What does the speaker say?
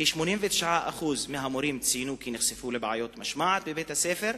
89% מהמורים ציינו כי נחשפו לבעיות משמעת בבית-הספר,